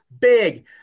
big